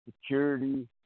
security